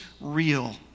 real